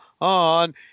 on